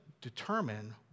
determine